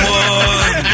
one